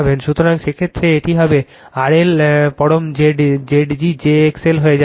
সুতরাং সেই ক্ষেত্রে কি হবে RL পরম Zg j XL হয়ে যাবে